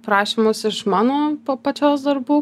prašymus iš mano pa pačios darbų